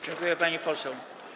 Dziękuję, pani poseł.